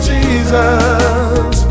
Jesus